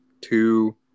two